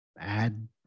add